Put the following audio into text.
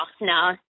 No